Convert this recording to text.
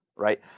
right